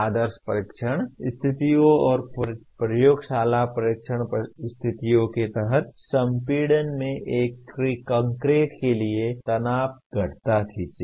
आदर्श परीक्षण स्थितियों और प्रयोगशाला परीक्षण स्थितियों के तहत संपीड़न में एक कंक्रीट के लिए तनाव तनाव घटता खींचें